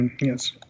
Yes